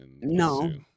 No